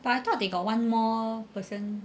but I thought they got one more person